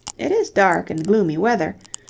it is dark and gloomy weather,